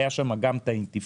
הייתה שם גם האינתיפאדה,